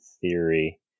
theory